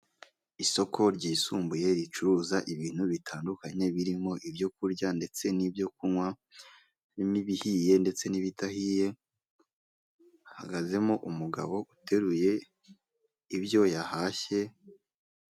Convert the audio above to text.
Isoko ryisumbuye ricuruza ibintu bitandukanye, birimo ibyo kurya ndetse n'ibyo kunywa, birimo ibihiye ndetse n'ibidahiye, hahagazemo umugabo uteruye ibyo yahashye